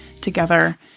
together